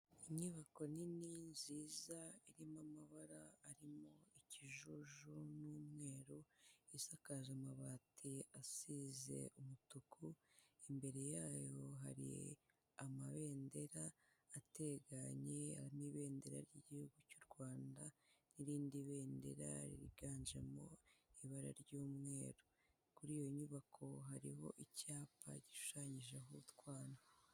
Inyubako nini nziza irimo amabara arimo ikijuju n'umweru, isakaje amabati asize umutuku, imbere yayo hari amabendera ateganye n'ibendera ry'igihugu cy'u Rwanda, n'irindi bendera ryiganjemo ibara ry'umweru, kuri iyo nyubako hariho icyapa gishushanyijeho utwana.